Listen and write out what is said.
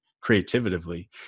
creatively